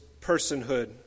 personhood